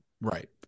Right